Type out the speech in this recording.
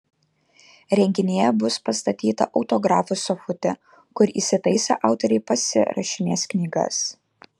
renginyje bus pastatyta autografų sofutė kur įsitaisę autoriai pasirašinės knygas